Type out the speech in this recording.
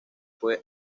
fue